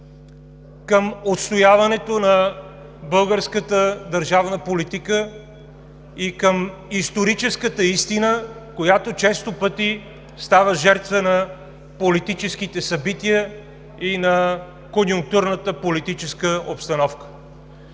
към отстояването на българската държавна политика и към историческата истина, която често пъти става жертва на политическите събития и на конюнктурната политическа обстановка.